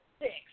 six